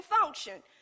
function